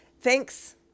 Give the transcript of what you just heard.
thanks